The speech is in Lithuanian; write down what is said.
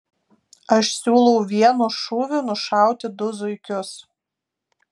aš siūlau vienu šūviu nušauti du zuikius